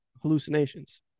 hallucinations